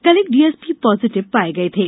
कल एक DSP positive पाये गये थे